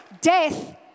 death